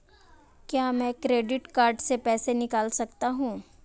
क्या मैं credit card से पैसे निकाल सकता हूँ?